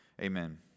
Amen